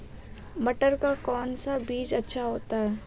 मटर का कौन सा बीज अच्छा होता हैं?